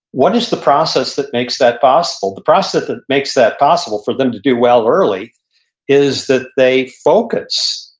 what is the process that makes that possible? the process that makes that possible for them to do well early is that they focus.